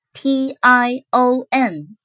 T-I-O-N